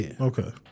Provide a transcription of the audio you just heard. Okay